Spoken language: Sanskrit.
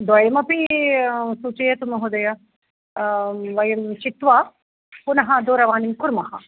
द्वयमपी सूचयतु महोदय वयं चित्वा पुनः दूरवाणीं कुर्मः